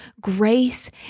grace